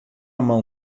mão